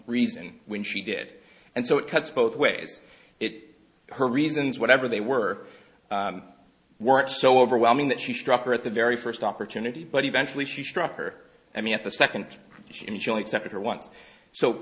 reason when she did and so it cuts both ways it her reasons whatever they were weren't so overwhelming that she struck her at the very first opportunity but eventually she struck her i mean at the second she initially separate her once so